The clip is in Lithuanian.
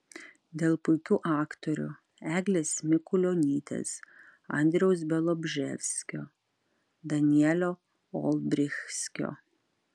dėl puikių aktorių eglės mikulionytės andriaus bialobžeskio danielio olbrychskio